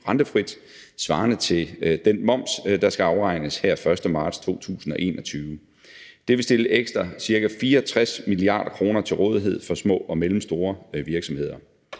rentefrit svarende til den moms, der skal afregnes her den 1. marts 2021. Det vil stille ekstra ca. 64 mia. kr. rådighed for små og mellemstore virksomheder.